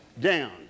down